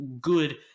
good